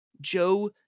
joe